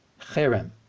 cherem